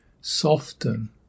soften